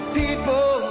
people